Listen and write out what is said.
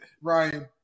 Ryan